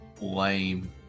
lame